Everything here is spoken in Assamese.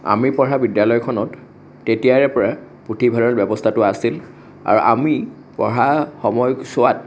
আমি পঢ়া বিদ্যালয়খনত তেতিয়াৰে পৰা পুথিভঁৰাল ব্যৱস্থাটো আছিল আৰু আমি পঢ়া সময়ছোৱাত